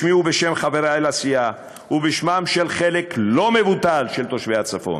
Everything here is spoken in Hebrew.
בשמי ובשם חברי לסיעה ובשמם של חלק לא מבוטל של תושבי הצפון,